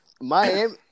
Miami